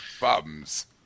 Bums